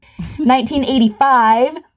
1985